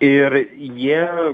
ir jie